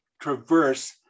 traverse